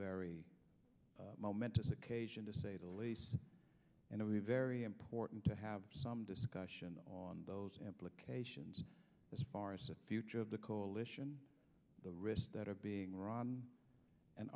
very momentous occasion to say the least and a very important to have some discussion on those implications as far as the future of the coalition the risks that are being run and